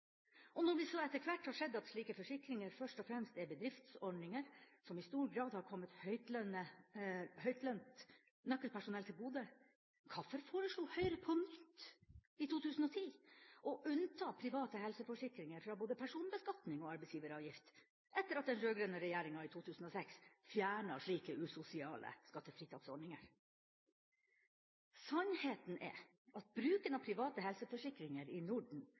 vi så etter hvert har sett at slike forsikringer først og fremst er bedriftsordninger som i stor grad har kommet høytlønna nøkkelpersonell til gode, hvorfor foreslo Høyre på nytt i 2010 å unnta private helseforsikringer fra både personbeskatning og arbeidsgiveravgift, etter at den rød-grønne regjeringa i 2006 fjerna slike usosiale skattefritaksordninger? Sannheten er at bruken av private helseforsikringer i Norden